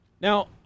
Now